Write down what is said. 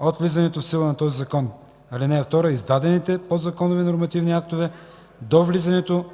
от влизането в сила на този закон. (2) Издадените подзаконови нормативни актове до влизането